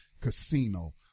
casino